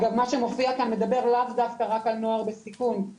אגב מה שמופיע כאן מדבר לאו דווקא על נוער בסיכון,